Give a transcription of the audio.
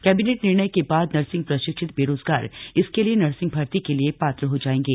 cabinet निर्णय के बाद नर्सिंग प्रशिक्षित बेरोजगार इसके लिए नर्सिंग भर्ती के लिए पात्र हो जाएंगे